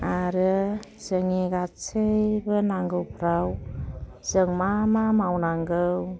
आरो जोंनि गासैबो नांगौफ्राव जों मा मा मावनांगौ